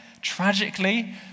tragically